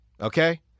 okay